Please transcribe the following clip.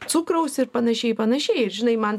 cukraus ir panašiai ir panašiai žinai man